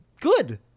Good